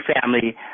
family